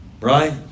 right